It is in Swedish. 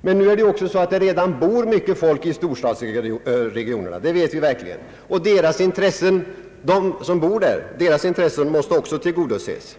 Men nu bor det redan så mycket folk i storstadsområdena, det vet vi verkligen, och deras intressen måste också tillgodoses.